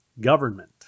government